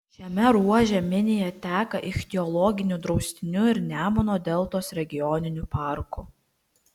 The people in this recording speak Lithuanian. šiame ruože minija teka ichtiologiniu draustiniu ir nemuno deltos regioniniu parku